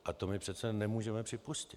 A to my přece nemůžeme připustit.